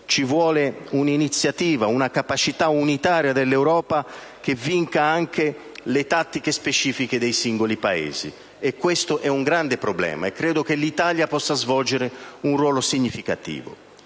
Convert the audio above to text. Occorre un'iniziativa, una capacità unitaria dell'Europa che vincano anche le tattiche specifiche dei singoli Paesi. Questo è un grande problema, e credo che l'Italia possa svolgere un ruolo significativo.